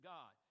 God